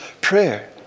prayer